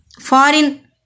foreign